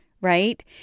right